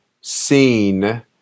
seen